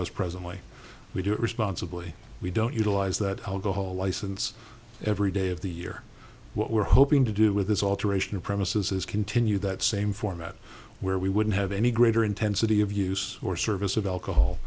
as presently we do it responsibly we don't utilize that alcohol license every day of the year what we're hoping to do with this alteration of premises is continue that same format where we wouldn't have any greater intensity of use or service of alcohol